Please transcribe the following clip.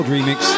remix